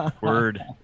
Word